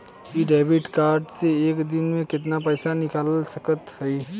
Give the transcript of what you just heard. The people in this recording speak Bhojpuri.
इ डेबिट कार्ड से एक दिन मे कितना पैसा निकाल सकत हई?